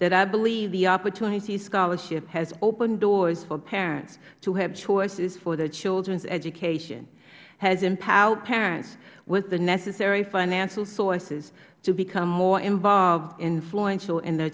that i believe the opportunity scholarship has opened doors for parents to have choices for their children's education has empowered parents with the necessary financial sources to become more involved and influential in their